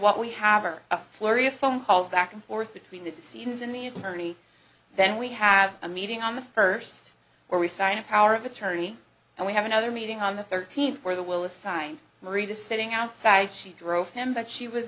what we have are a flurry of phone calls back and forth between the scenes in the attorney then we have a meeting on the first where we sign a power of attorney and we have another meeting on the thirteenth where the will assign marie to sitting outside she drove him but she was